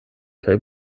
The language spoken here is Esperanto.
kaj